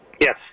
Yes